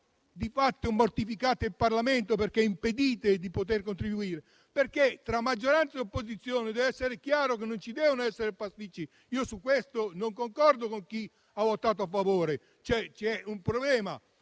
di fatto, mortificate il Parlamento, perché gli impedite di contribuire? Tra maggioranza e opposizione dev'essere chiaro che non ci devono essere pasticci. Io su questo non concordo con chi ha votato a favore, cioè c'è un problema